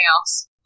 else